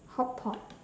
hotpot